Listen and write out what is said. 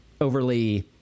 overly